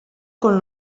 con